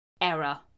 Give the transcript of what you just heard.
Error